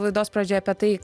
laidos pradžioje apie tai